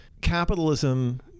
capitalism